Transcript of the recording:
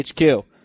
HQ